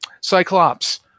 Cyclops